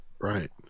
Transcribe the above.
Right